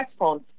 smartphones